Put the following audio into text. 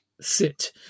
sit